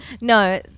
No